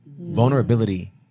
Vulnerability